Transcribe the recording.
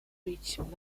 reached